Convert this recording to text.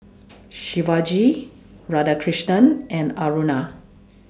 Shivaji Radhakrishnan and Aruna